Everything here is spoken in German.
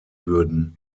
würden